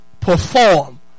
perform